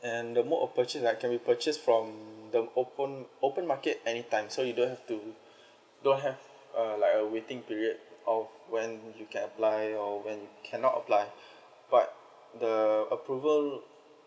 and the mode of purchase like can we purchase from the open open market anytime so you don't have to don't have uh like a waiting period of when you can apply or when cannot apply but the approval